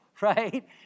right